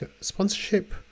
sponsorship